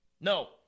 No